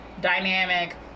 dynamic